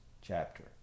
chapter